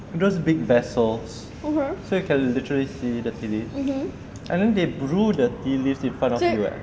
those big vessels so you can literally see the tea leaves and then they brew the tea leaves in front of you ah the to choose from the